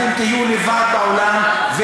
אתם תהיו לבד בעולם,